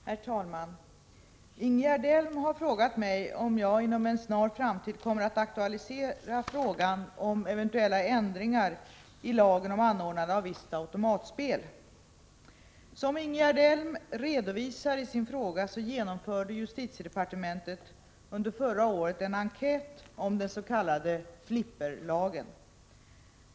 Herr talman! Ingegerd Elm har frågat mig om jag inom en snar framtid kommer att aktualisera frågan om eventuella ändringar i lagen om anordnande av visst automatspel. Som Ingegerd Elm redovisar i sin fråga genomförde justitiedepartementet under förra året en enkät om den s.k. flipperlagen.